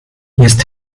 jest